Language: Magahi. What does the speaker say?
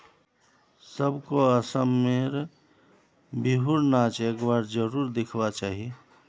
सबको असम में र बिहु र नाच एक बार जरुर दिखवा चाहि